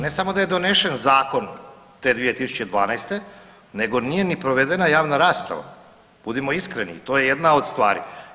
Ne samo da je donesen Zakon te 2012. nego nije ni provedena javna rasprava, budimo iskreni i to je jedna od stvari.